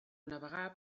navegar